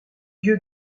dieu